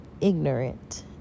ignorant